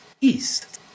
East